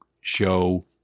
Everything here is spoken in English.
show